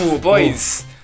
boys